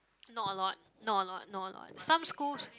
not a lot not a lot not a lot some schools